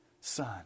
son